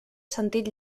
sentit